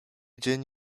dzień